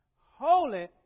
holy